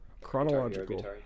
Chronological